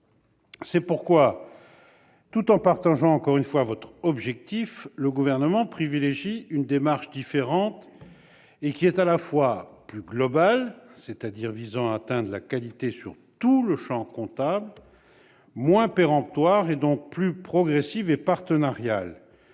C'est pourquoi, tout en partageant, je le répète, votre objectif, le Gouvernement privilégie une démarche différente, à la fois plus globale, c'est-à-dire visant à atteindre la qualité sur tout le champ comptable, et moins péremptoire, donc plus progressive et partenariale